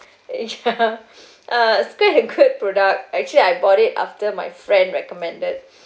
it ya uh it's quite a good product actually I bought it after my friend recommended